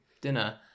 dinner